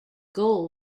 goal